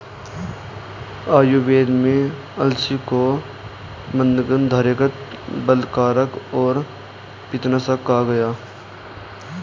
आयुर्वेद में अलसी को मन्दगंधयुक्त, बलकारक और पित्तनाशक कहा गया है